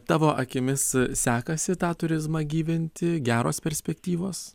tavo akimis sekasi tą turizmą gyvinti geros perspektyvos